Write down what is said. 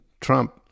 Trump